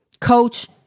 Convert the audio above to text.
Coach